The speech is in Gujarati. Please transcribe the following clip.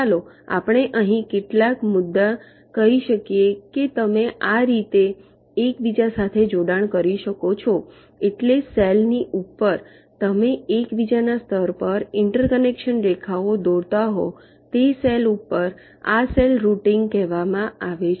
ચાલો આપણે અહીં કેટલાક મુદ્દા કહી શકીએ કે તમે આ રીતે એકબીજા સાથે જોડાણ કરી શકો છો એટલે સેલ ની ઉપર તમે એકબીજાના સ્તર પર ઇન્ટરકનેક્શન રેખાઓ દોરતા હો તે સેલ ઉપર આ સેલ રૂટીંગ કહેવામાં આવે છે